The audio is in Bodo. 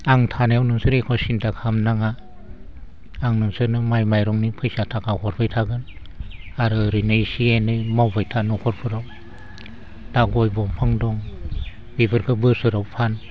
आं थानायाव नोंसोरो एख' सिन्था खालामनो नाङा आं नोंसोरनो माइ माइरंनि फैसा थाखा हरबाय थागोन आरो ओरैनो एसे एनै मावबाय था न'खरफोराव दा गय दंफां दं बेफोरखो बोसोराव फान